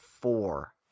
four